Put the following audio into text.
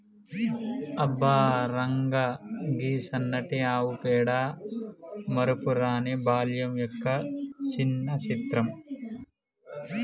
అబ్బ రంగా, గీ సన్నటి ఆవు పేడ మరపురాని బాల్యం యొక్క సిన్న చిత్రం